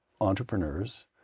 entrepreneurs